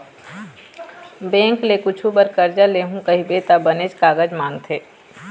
bank ले कुछु बर करजा लेहूँ कहिबे त बनेच कागज मांगथे